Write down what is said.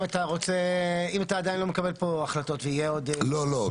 אם אתה עדיין לא מקבל פה החלטות ויהיה עוד דיון לא,